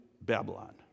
Babylon